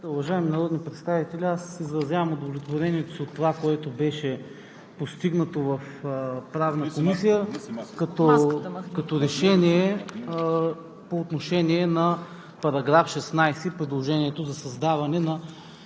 Уважаеми народни представители, аз изразявам удовлетворението си от това, което беше постигнато в Правната комисия като решение по отношение на § 16 и предложението за създаване на